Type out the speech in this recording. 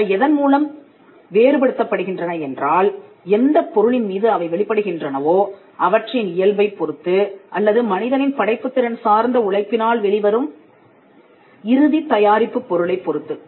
அவை எதன் மூலம் வேறு படுத்தப்படுகின்றன என்றால் எந்தப் பொருளின் மீது அவை வெளிப்படுகின்றனவோ அவற்றின் இயல்பைப் பொறுத்து அல்லது மனிதனின் படைப்புத் திறன் சார்ந்த உழைப்பினால் வெளிவரும் இறுதித் தயாரிப்புப் பொருளை பொறுத்து